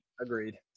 agreed